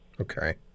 Okay